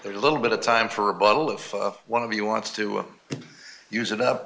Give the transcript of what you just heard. there's a little bit of time for a bottle of one of you wants to use it up